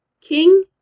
king